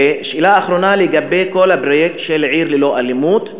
ושאלה אחרונה לגבי כל הפרויקט של "עיר ללא אלימות".